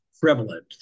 prevalent